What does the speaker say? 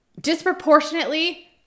disproportionately